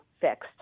fixed